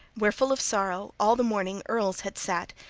where, full of sorrow, all the morning earls had sat,